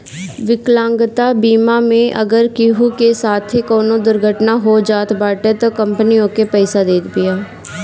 विकलांगता बीमा मे अगर केहू के साथे कवनो दुर्घटना हो जात बाटे तअ कंपनी ओके पईसा देत बिया